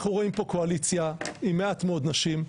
אנחנו רואים פה קואליציה עם מעט מאוד נשים,